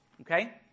Okay